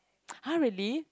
!huh! really